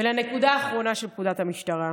ולנקודה האחרונה, של פקודת המשטרה,